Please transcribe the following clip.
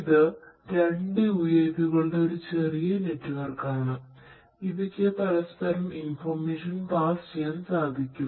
ഇത് രണ്ടു UAV കളുടെ ഒരു ചെറിയ നെറ്റ്വർക്ക് പാസ് ചെയ്യാൻ സാധിക്കും